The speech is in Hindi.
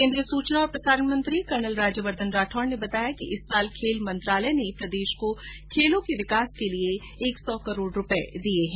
केन्द्रीय सूचना और प्रसारण मंत्री कर्नल राज्यवर्द्वन राठौड ने बताया कि इस वर्ष खेल मंत्रालय ने प्रदेश को खेलों के विकास के लिए एक सौ करोड रूपये दिए है